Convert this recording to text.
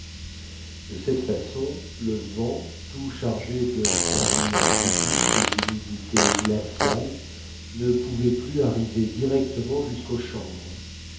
de cette façon le vent tout chargé de froidures aiguës et d'humidités glaciales ne pouvait plus arriver directement jusqu'aux chambres